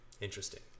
Interesting